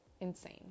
insane